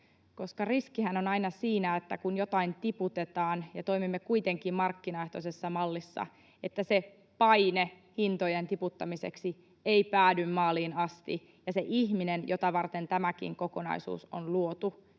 koska riskihän on aina siinä, kun jotain tiputetaan ja toimimme kuitenkin markkinaehtoisessa mallissa, että se paine hintojen tiputtamiseksi ei päädy maaliin asti ja että se ihminen, jota varten tämäkin kokonaisuus on luotu